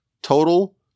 Total